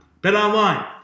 BetOnline